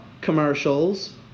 commercials